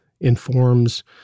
informs